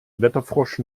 wetterfrosch